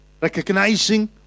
recognizing